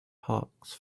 hawks